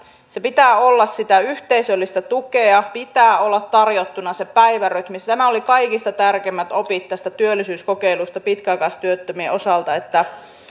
sen pitää olla sitä yhteisöllistä tukea pitää olla tarjottuna se päivärytmi nämä olivat kaikista tärkeimmät opit tästä työllisyyskokeilusta pitkäaikaistyöttömien osalta että